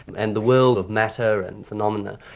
and and the world of matter and phenomena,